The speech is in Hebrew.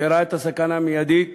שראה את הסכנה המיידית